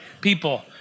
people